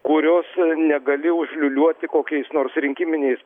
kurios negali užliūliuoti kokiais nors rinkiminiais